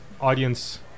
audience